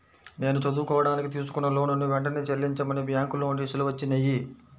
నేను చదువుకోడానికి తీసుకున్న లోనుని వెంటనే చెల్లించమని బ్యాంకు నోటీసులు వచ్చినియ్యి